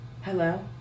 Hello